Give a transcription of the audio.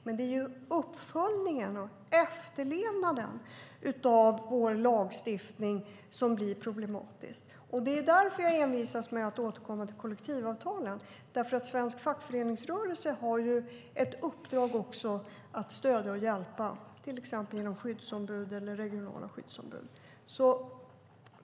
Men det är ju efterlevnaden av vår lagstiftning som blir problematisk. Det är därför jag envisas med att återkomma till kollektivavtalen. Svensk fackföreningsrörelse har ju ett uppdrag att stödja och hjälpa till exempel genom skyddsombud eller regionala skyddsombud.